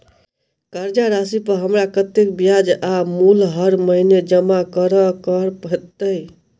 कर्जा राशि पर हमरा कत्तेक ब्याज आ मूल हर महीने जमा करऽ कऽ हेतै?